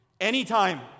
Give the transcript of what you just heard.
Anytime